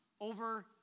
over